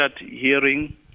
hearing